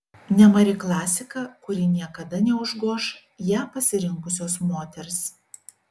nemari klasika kuri niekada neužgoš ją pasirinkusios moters